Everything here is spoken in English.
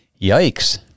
Yikes